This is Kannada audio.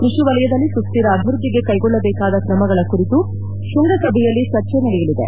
ಕೃಷಿ ವಲಯದಲ್ಲಿ ಸುಸ್ದಿರ ಅಭಿವೃದ್ದಿಗೆ ಕೈಗೊಳ್ಳಬೇಕಾದ ಕ್ರಮಗಳ ಕುರಿತು ಶೃಂಗಸಭೆಯಲ್ಲಿ ಚರ್ಚೆ ನಡೆಯಲಿದೆ